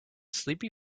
sleepy